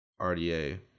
RDA